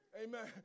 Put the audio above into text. Amen